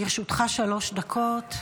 לרשותך שלוש דקות.